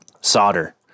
solder